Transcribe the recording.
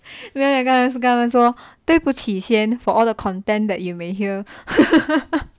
跟他说对不起先 for all the content that you may hear